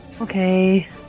Okay